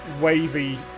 wavy